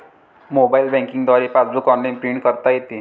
mobile banking द्वारे passbook online print करता येते